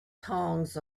tongs